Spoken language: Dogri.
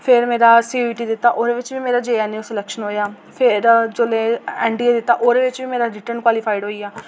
फिर मेरा सी यू ई टी दित्ता ओह्दे बिच बी मेरा जे एन यू सिलेक्शन होया फिर जोल्लै एन डी ए दित्ता ओह्दे बिच बी मेरा रिटन क्वालीफाइड होइया